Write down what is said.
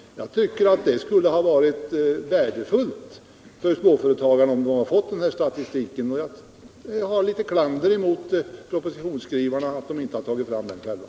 Det skulle ha varit värdefullt för småföretagarna att få denna statistik. Jag vill klandra propositionsskrivarna för att de inte har tagit fram den siffran.